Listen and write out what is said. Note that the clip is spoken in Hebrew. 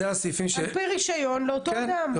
על פי רישיון לאותו אדם.